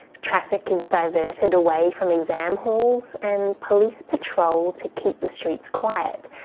traffic is diverted away from exam halls and police patrol to keep the streets quiet.